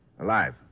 Alive